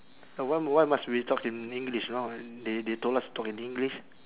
and why m~ why must we talk in english know they they told us talk in english